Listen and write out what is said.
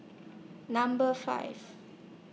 Number five